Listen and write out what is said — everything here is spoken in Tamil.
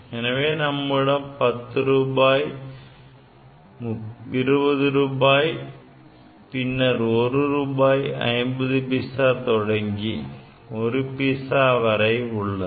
எனவே நம்மிடம் 10 ரூபாய் 20 ரூபாய் பின்னர் 1 ரூபாய் 50 பைசா தொடங்கி 1 பைசா வரை உள்ளது